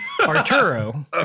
Arturo